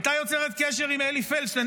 הייתה יוצרת קשר עם אלי פלדשטיין,